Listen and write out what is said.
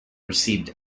received